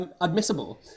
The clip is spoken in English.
admissible